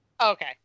okay